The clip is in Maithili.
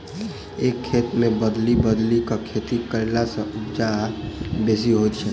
एक खेत मे बदलि बदलि क खेती कयला सॅ उपजा बेसी होइत छै